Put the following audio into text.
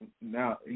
Now